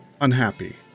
unhappy